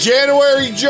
January